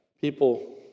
People